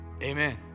Amen